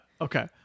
Okay